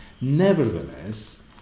nevertheless